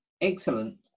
Excellent